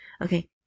Okay